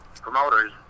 promoters